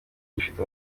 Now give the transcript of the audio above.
gifite